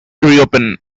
reopen